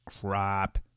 crap